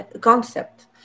concept